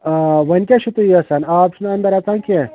آ وۅنۍ کیٛاہ چھُو تُہۍ یَژھان آب چھُنہٕ اَنٛدر اَژان کیٚنٛہہ